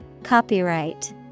Copyright